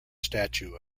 statue